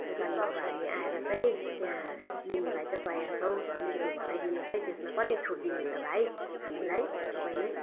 दोकानमा अब हामी आएर चाहिँ त्यहाँ लिनुलाई चाहिँ तयार छौँ अलिकति घटाइदिनुहोस् है त्यसमा कति छुट दिनुहुन्छ भाइ हामीलाई तपाईँले